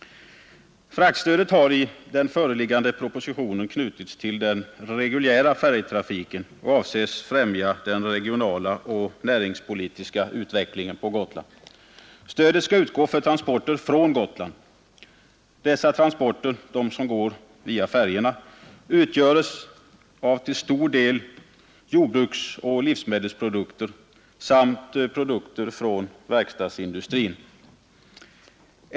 Fraktstödet har i den föreliggande propositionen knutits till den reguljära färjetrafiken och avses främja den regionala och näringspolitiska utvecklingen på Gotland. Stödet skall utgå för transporter från Gotland. Dessa transporter — de som går via färjorna — utgörs till stor del av jordbruksoch livsmedelsprodukter samt produkter från verkstadsindustrin.